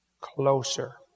closer